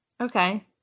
Okay